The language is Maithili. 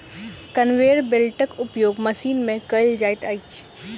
कन्वेयर बेल्टक उपयोग मशीन मे कयल जाइत अछि